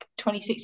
2016